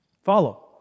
Follow